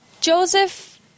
Joseph